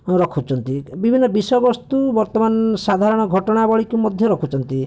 ରଖୁଛନ୍ତି ବିଭିନ୍ନ ବିଷୟ ବସ୍ତୁ ବର୍ତ୍ତମାନ ସାଧାରଣ ଘଟଣାବଳୀକୁ ମଧ୍ୟ ରଖୁଛନ୍ତି